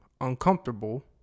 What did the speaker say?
uncomfortable